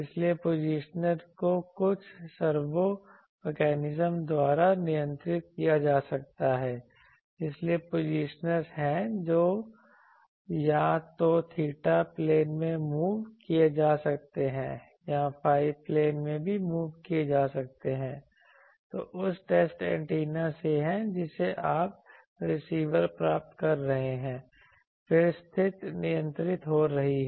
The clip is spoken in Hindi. इसलिए पोजिशनर को कुछ सर्वो मैकेनिज़म द्वारा नियंत्रित किया जा सकता है इसलिए पोजिशनर्स हैं जो या तो थीटा प्लेन में मूव किए जा सकते हैं या phi प्लेन में भी मूव किए जा सकते हैं यह उस टेस्ट एंटीना से है जिसे आप रिसीवर प्राप्त कर रहे हैं फिर स्थिति नियंत्रित हो रही है